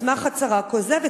על-סמך הצהרה כוזבת".